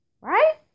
Right